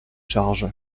charge